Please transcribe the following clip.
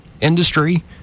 industry